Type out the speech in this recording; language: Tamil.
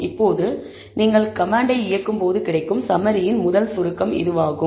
இப்போது நீங்கள் கமாண்டை இயக்கும் போது கிடைக்கும் சம்மரி இதுவாகும்